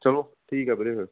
ਚਲੋ ਠੀਕ ਹੈ ਵੀਰੇ ਫਿਰ